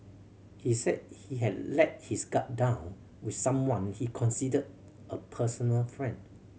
he said he had let his guard down with someone he considered a personal friend